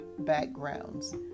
backgrounds